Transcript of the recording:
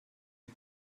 you